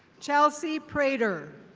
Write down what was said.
chelsea prader.